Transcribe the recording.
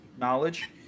knowledge